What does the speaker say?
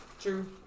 true